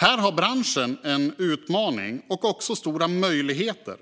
Här har branschen en utmaning och också stora möjligheter att